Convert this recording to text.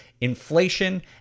inflation